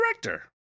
director